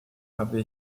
habe